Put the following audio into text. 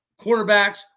Quarterbacks